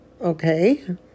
okay